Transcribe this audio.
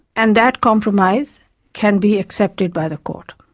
and that compromise can be accepted by the court.